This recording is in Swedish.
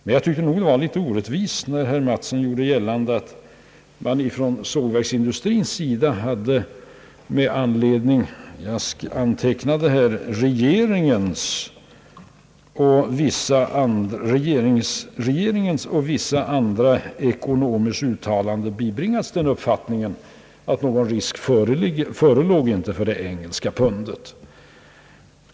Men jag tycker nog att det var litet orättvist, när herr Mattsson gjorde gällande att man inom sågverksindustrin med anledning av regeringens och vissa andra ekonomers uttalanden hade bibringats den uppfattningen, att någon risk inte förelåg för en devalvering av det engelska pundet.